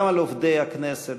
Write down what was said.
גם על עובדי הכנסת,